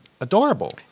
adorable